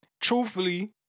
Truthfully